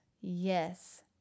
Yes